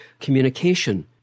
communication